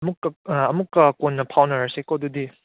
ꯑꯃꯨꯛꯀ ꯑꯃꯨꯛꯀ ꯀꯣꯟꯅ ꯐꯥꯎꯅꯔꯁꯤꯀꯣ ꯑꯗꯨꯗꯤ